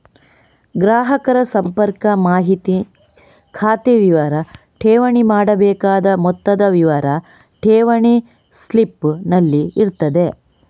ಗ್ರಾಹಕರ ಸಂಪರ್ಕ ಮಾಹಿತಿ, ಖಾತೆ ವಿವರ, ಠೇವಣಿ ಮಾಡಬೇಕಾದ ಮೊತ್ತದ ವಿವರ ಠೇವಣಿ ಸ್ಲಿಪ್ ನಲ್ಲಿ ಇರ್ತದೆ